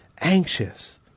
anxious